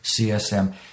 CSM